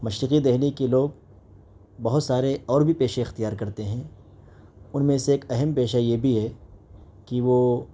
مشرقی دہلی کے لوگ بہت سارے اور بھی پیشے اختیار کرتے ہیں ان میں سے ایک اہم پیشہ یہ بھی ہے کہ وہ